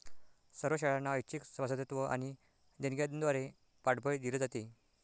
सर्व शाळांना ऐच्छिक सभासदत्व आणि देणग्यांद्वारे पाठबळ दिले जाते